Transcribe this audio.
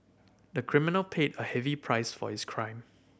the criminal paid a heavy price for his crime